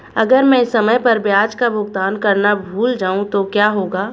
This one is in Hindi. अगर मैं समय पर ब्याज का भुगतान करना भूल जाऊं तो क्या होगा?